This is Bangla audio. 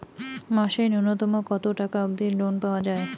মাসে নূন্যতম কতো টাকা অব্দি লোন পাওয়া যায়?